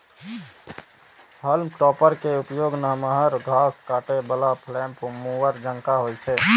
हाल्म topper के उपयोग नमहर घास काटै बला फ्लेम मूवर जकां होइ छै